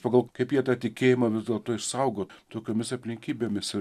pagal kaip jie tą tikėjimą vis dėlto išsaugo tokiomis aplinkybėmis